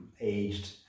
aged